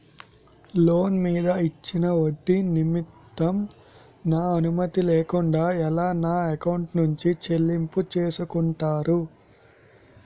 Loan మీద ఇచ్చిన ఒడ్డి నిమిత్తం నా అనుమతి లేకుండా ఎలా నా ఎకౌంట్ నుంచి చెల్లింపు చేసుకుంటారు?